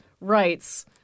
rights